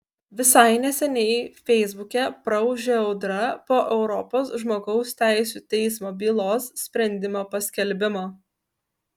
visai neseniai feisbuke praūžė audra po europos žmogaus teisių teismo bylos sprendimo paskelbimo